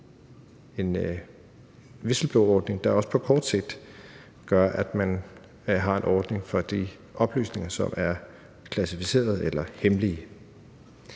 en whistleblowerordning, der også på kort sigt gør, at man har en ordning for de oplysninger, som er klassificerede eller hemmelige.